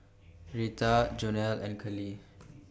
Rheta Jonell and Callie